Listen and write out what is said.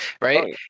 right